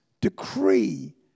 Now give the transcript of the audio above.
decree